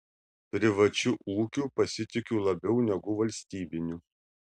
privačiu ūkiu pasitikiu labiau negu valstybiniu